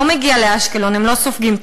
לא מגיע לאשקלון, הם לא סופגים טילים.